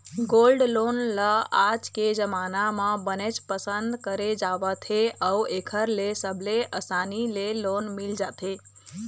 gold loan ल आज के जमाना म बनेच पसंद करे जावत हे अउ एखर ले सबले असानी ले लोन मिल जाथे